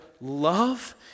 love